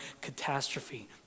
catastrophe